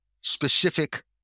specific